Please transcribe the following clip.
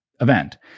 event